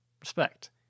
Respect